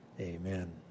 amen